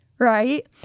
Right